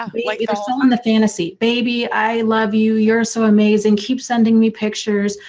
um like you know so and fantasy, baby i love you. you're so amazing. keep sending me pictures.